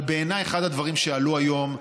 בעיניי אחד הדברים שעלו היום,